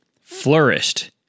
flourished